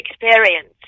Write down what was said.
experience